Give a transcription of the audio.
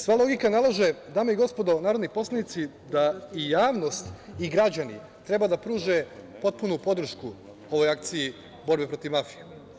Sva logika nalaže, dame i gospodo narodni poslanici, da i javnost i građani treba da pruže potpunu podršku ovoj akciji borbe protiv mafije.